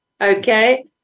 Okay